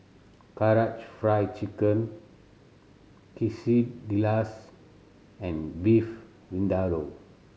Karaage Fried Chicken Quesadillas and Beef Vindaloo